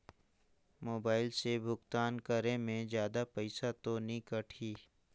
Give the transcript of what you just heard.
Mobile से भुगतान करे मे जादा पईसा तो नि कटही?